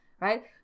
right